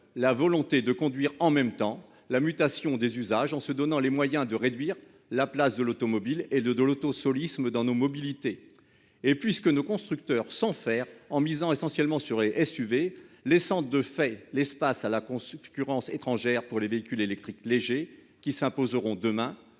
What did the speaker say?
la volonté de conduire en même temps la mutation des usages en se donnant les moyens de réduire la place de l'automobile et de de l'auto-solistes dans nos mobilités et puis ce que nos constructeurs sans faire en misant essentiellement sur et SQV laissant de fait l'espace à la con fulgurances étrangères pour les véhicules électriques légers qui s'imposeront. Demain,